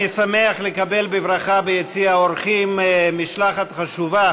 אני שמח לקבל בברכה ביציע האורחים משלחת חשובה